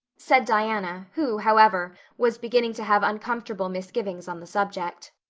said diana, who, however, was beginning to have uncomfortable misgivings on the subject.